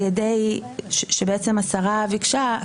שבעצם השרה ביקשה,